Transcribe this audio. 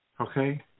Okay